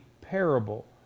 parable